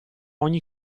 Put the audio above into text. ogni